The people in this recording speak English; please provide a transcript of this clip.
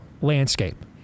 landscape